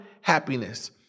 happiness